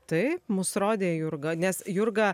taip mus rodė jurga nes jurga